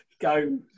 go